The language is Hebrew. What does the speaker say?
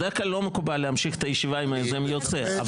בדרך כלל לא מקובל להמשיך את הישיבה אם היוזם יוצא.